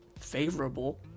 Favorable